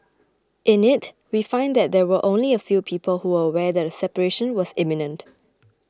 in it we find that there were only a few people who were aware that a separation was imminent